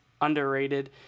underrated